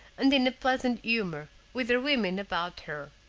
and in a pleasant humor, with her women about her.